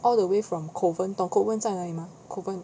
all the way from kovan 懂 kovan 在哪里吗 kovan